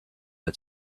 her